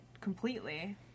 completely